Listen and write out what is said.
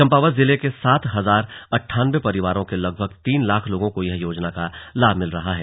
चम्पावत जिले के सात हजार अठानब्बे परिवारों के लगभग तीन लाख लोगों को योजना का लाभ मिलना है